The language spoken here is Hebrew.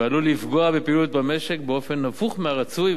ועלול לפגוע בפעילות במשק באופן הפוך מהרצוי,